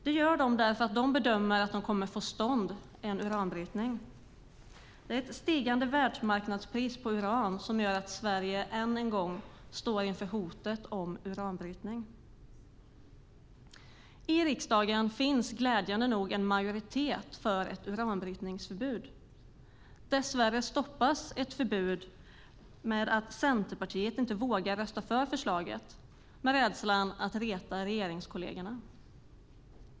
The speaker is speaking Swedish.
Detta gör de därför att de bedömer att de kommer få till stånd en uranbrytning. Det är ett stigande världsmarknadspris på uran som gör att Sverige än en gång står inför hotet om uranbrytning. I riksdagen finns glädjande nog en majoritet för ett uranbrytningsförbud. Dess värre stoppas ett förbud av att Centerpartiet inte vågar rösta för ett förbud av rädsla för att reta regeringskollegerna.